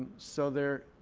so there